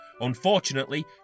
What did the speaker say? Unfortunately